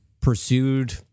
pursued